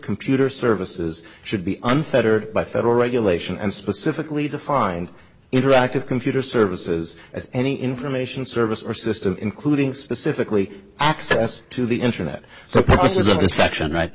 computer services should be unfettered by federal regulation and specifically defined interactive computer services as any information service or system including specifically access to the internet so this is a section right